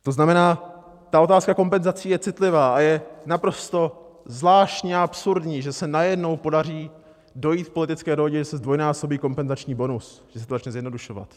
To znamená, otázka kompenzací je citlivá a je naprosto zvláštní a absurdní, že se najednou podaří dojít k politické dohodě, že se zdvojnásobí kompenzační bonus, že se to začne zjednodušovat.